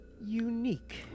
unique